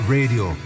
Radio